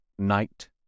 night